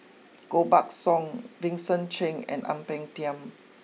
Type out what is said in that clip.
Koh Buck Song Vincent Cheng and Ang Peng Tiam